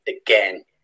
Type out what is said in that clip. again